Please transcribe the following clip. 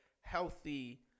healthy